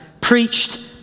preached